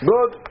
Good